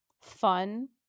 fun